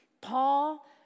Paul